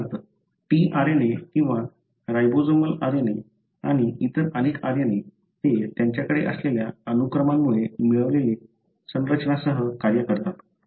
उदाहरणार्थ tRNA किंवा ribosomal RNA आणि इतर अनेक RNA ते त्यांच्याकडे असलेल्या अनुक्रमांमुळे मिळालेल्या रचनांसह कार्य करतात